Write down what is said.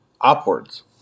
upwards